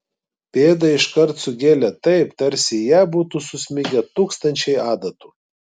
pėdą iškart sugėlė taip tarsi į ją būtų susmigę tūkstančiai adatų